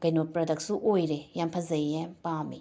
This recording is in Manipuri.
ꯀꯩꯅꯣ ꯄ꯭ꯔꯗꯛꯁꯨ ꯑꯣꯏꯔꯦ ꯌꯥꯝ ꯐꯖꯩꯌꯦ ꯌꯥꯝ ꯄꯥꯝꯃꯦ